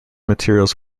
materials